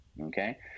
okay